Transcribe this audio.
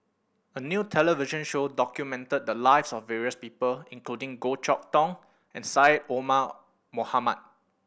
a new television show documented the lives of various people including Goh Chok Tong and Syed Omar Mohamed